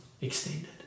extended